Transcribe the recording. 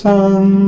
Sun